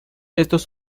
estos